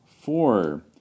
Four